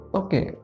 okay